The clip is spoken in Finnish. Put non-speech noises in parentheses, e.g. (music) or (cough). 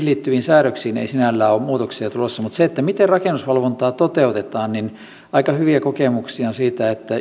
(unintelligible) liittyviin säädöksiin ei sinällään ole muutoksia tulossa mutta siinä miten rakennusvalvontaa toteutetaan aika hyviä kokemuksia on siitä että